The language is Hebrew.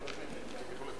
אהבתי לשמוע את